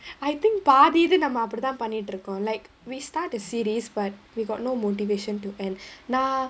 I think பாதியிது நம்ம அப்படிதா பண்ணிட்டிருக்கோ:paathiyithu namma appadithaa pannitirukko like we start a series but we got no motivation to end நா:naa